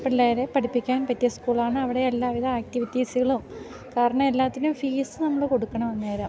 പിള്ളേരെ പഠിപ്പിക്കാൻ പറ്റിയ സ്കൂളാണ് അവിടെ എല്ലാവിധ ആക്ടിവിറ്റീസുകളും കാരണം എല്ലാറ്റിനും ഫീസ് നമ്മൾ കൊടുക്കണം അന്നേരം